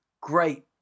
great